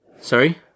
Sorry